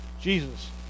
Jesus